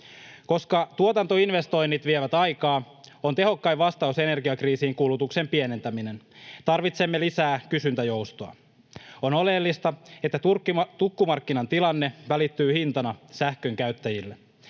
Koska tuotantoinvestoinnit vievät aikaa, on tehokkain vastaus energiakriisiin kulutuksen pienentäminen. Tarvitsemme lisää kysyntäjoustoa. On oleellista, että tukkumarkkinan tilanne välittyy hintana sähkönkäyttäjille.